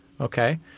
Okay